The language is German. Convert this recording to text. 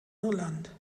irland